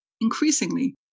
Increasingly